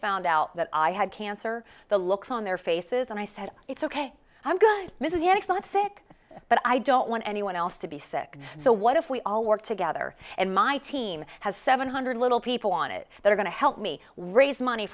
found out that i had cancer the looks on their faces and i said it's ok i'm good mrs yannick not sick but i don't want anyone else to be sick so what if we all work together and my team has seven hundred little people on it that are going to help me raise money